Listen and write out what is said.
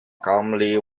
calmly